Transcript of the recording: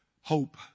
hope